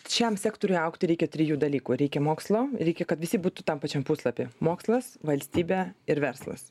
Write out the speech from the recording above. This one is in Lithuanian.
šiam sektoriui augti reikia trijų dalykų reikia mokslo reikia kad visi būtų tam pačiam puslapy mokslas valstybė ir verslas